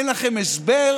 אין לכם הסבר,